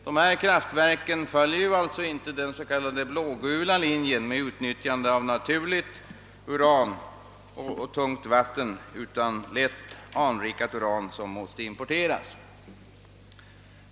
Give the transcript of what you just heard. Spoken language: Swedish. Dessa kraftverk följer alltså inte den s.k. blågula linjen med utnyttjande av naturligt uran och tungt vat ten, utan de avses för lätt anrikat uran som måste importeras.